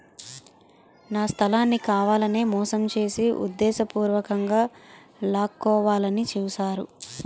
నా స్థలాన్ని కావాలనే మోసం చేసి ఉద్దేశపూర్వకంగా లాక్కోవాలని చూశారు